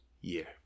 year